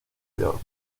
york